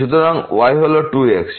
সুতরাং y হল 2 x